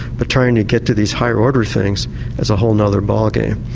but trying to get to these higher order things is a whole and other ball game.